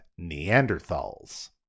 Neanderthals